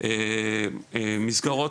מסגרות